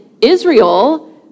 Israel